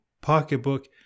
pocketbook